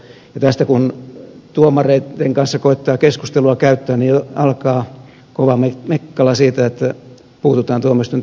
tästä kun tuomareitten kanssa keskustelua koettaa käyttää alkaa kova mekkala siitä että puututaan tuomioistuinten riippumattomuuteen